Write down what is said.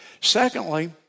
Secondly